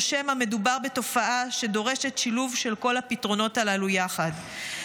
או שמא מדובר בתופעה שדורשת שילוב של כל הפתרונות הללו יחד?